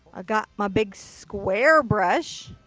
ah got my big square brush.